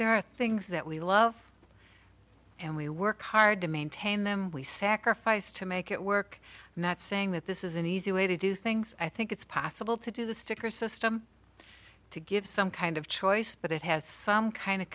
there are things that we love and we work hard to maintain them we sacrifice to make it work not saying that this is an easy way to do things i think it's possible to do the sticker system to give some kind of choice but it has some kind of